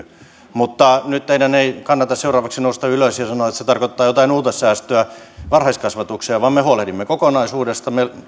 mutta nyt teidän ei kannata seuraavaksi nousta ylös ja sanoa että se tarkoittaa jotain uutta säästöä varhaiskasvatukseen sillä me huolehdimme kokonaisuudesta me